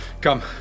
Come